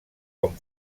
com